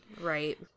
Right